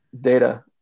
data